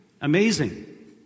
Amazing